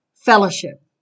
Fellowship